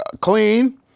clean